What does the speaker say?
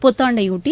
புத்தாண்டையாட்டி